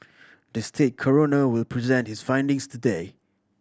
the state coroner will present his findings today